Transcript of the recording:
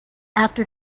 after